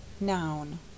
Noun